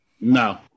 No